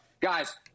Guys